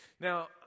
Now